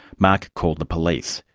mark called the police,